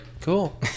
cool